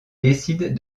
décident